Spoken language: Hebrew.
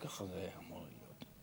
ככה זה היה אמור להיות.